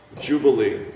Jubilee